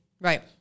Right